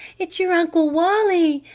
it's your uncle wally!